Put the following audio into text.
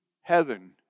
heaven